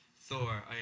Thor